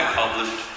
published